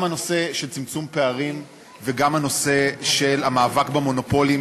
גם הנושא של צמצום פערים וגם הנושא של המאבק במונופולים